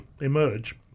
emerge